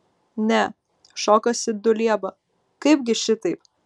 ne šokasi dulieba kaipgi šitaip